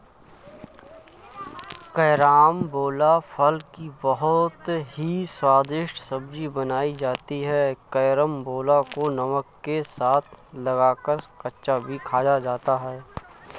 carambola फल की बहुत ही स्वादिष्ट सब्जी बनाई जाती है कैरमबोला को नमक के साथ लगाकर कच्चा भी खाया जाता है